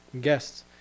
guests